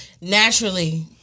Naturally